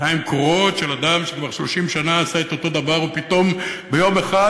עיניים קרועות של אדם שכבר 30 שנה עושה את אותו דבר ופתאום ביום אחד,